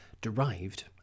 derived